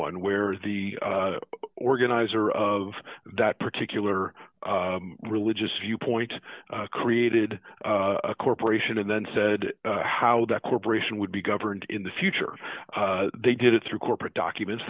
one where the organizer of that particular religious viewpoint created a corporation and then said how that corporation would be governed in the future they did it through corporate documents